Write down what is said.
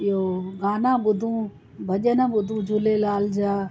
इहे गाना ॿुधूं भॼन ॿुधूं झूलेलाल जा